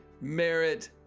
merit